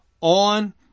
on